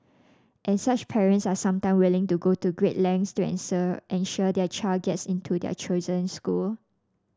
and such parents are sometime willing to go to great lengths to ensure ensure their child gets into their chosen school